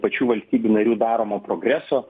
pačių valstybių narių daromo progreso